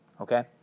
Okay